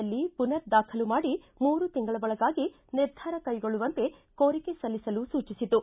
ಯಲ್ಲಿ ಪುನರ್ ದಾಖಲು ಮಾಡಿ ಮೂರು ತಿಂಗಳ ಒಳಗಾಗಿ ನಿರ್ಧಾರ ಕೈಗೊಳ್ಳುವಂತೆ ಕೋರಿಕೆ ಸಲ್ಲಿಸಲು ಸೂಚಿಸಿತು